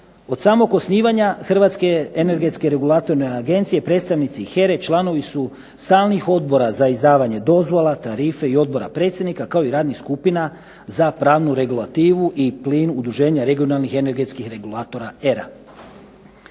Od samog osnivanja Hrvatske energetske regulatorne agencije predstavnici HERA-e članovi su stalnih odbora za izdavanje dozvola, tarife, i odbora predsjednika, kao i radnih skupina za pravnu regulativu i plin udruženja regionalnih energetskih regulatora HERA.